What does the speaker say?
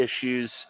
issues